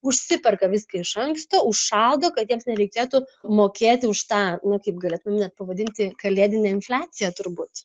užsiperka viską iš anksto užšaldo kad jiems nereikėtų mokėti už tą nu kaip galėtum net pavadinti kalėdinę infliaciją turbūt